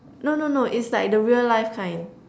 no no no it's like the real life kind